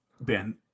Ben